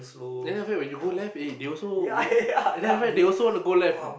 then after that when you go left eh they also then after that they also want to go left you know